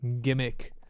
gimmick